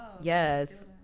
Yes